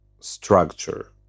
structure